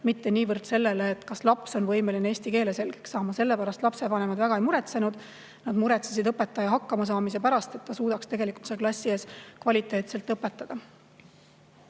mitte niivõrd sellega, kas laps on võimeline eesti keele selgeks saama. Selle pärast lapsevanemad väga ei muretsenud. Nad muretsesid õpetajate hakkamasaamise pärast, et nad suudaks klassi ees kvaliteetselt õpetada.